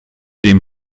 dem